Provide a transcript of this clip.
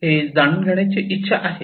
हे जाणून घेण्याची इच्छा आहे